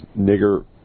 nigger